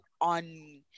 on